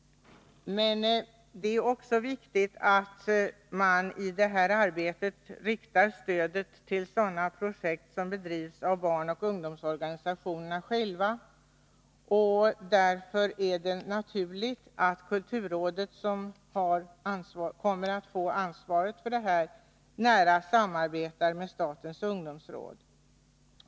Men det är också viktigt att man i det här arbetet riktar stödet till sådana projekt som bedrivs av barnoch ungdomsorganisationerna själva. Därför är det naturligt att kulturrådet, som kommer att få ansvaret för detta, nära samarbetar med statens ungdomsråd.